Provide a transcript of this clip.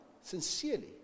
sincerely